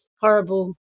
horrible